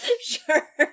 Sure